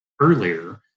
Earlier